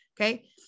Okay